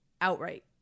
outright